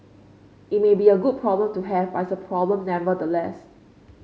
it may be a good problem to have but it's a problem nevertheless